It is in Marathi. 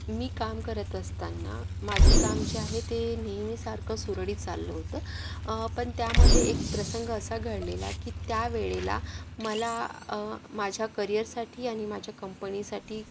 मी काम करत असताना माझं काम जे आहे ते नेहमीसारखं सुरळीत चाललं होतं पण त्यामधे एक प्रसंग असा घडलेला की त्यावेळेला मला माझ्या करिअरसाठी आणि माझ्या कंपनीसाठी खूप